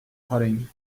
pudding